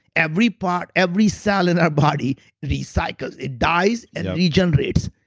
every part, every cell in our body recycles, it dies and it regenerates.